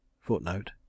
Footnote